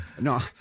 No